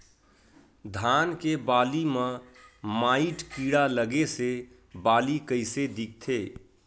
धान के बालि म माईट कीड़ा लगे से बालि कइसे दिखथे?